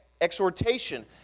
exhortation